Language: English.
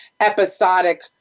episodic